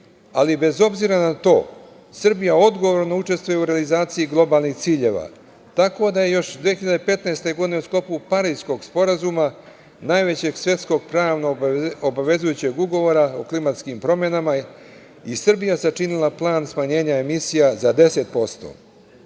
ali bez obzira na to Srbija odgovorno učestvuje u realizaciji globalnih ciljeva. Još 2015. godine, u sklopu Pariskog sporazuma, najvećeg svetskog i pravno obavezujućeg ugovora o klimatskim promenama, je i Srbija sačinila plan smanjenja emisija za 10%,